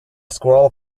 squirrel